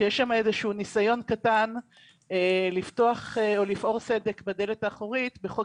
שיש שם ניסיון לפעור סדק בדלת האחורית בחוק